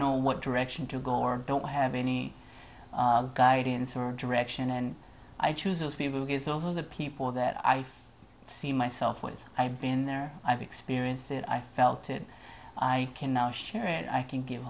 know what direction to go or don't have any guidance or direction and i choose those people get those are the people that i see myself with i've been there i've experienced it i felt it i can now share it i can give